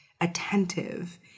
attentive